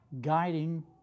guiding